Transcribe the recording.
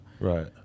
Right